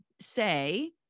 say